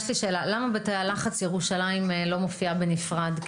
יש לי שאלה: למה בתאי הלחץ ירושלים לא מופיעה בנפרד,